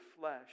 flesh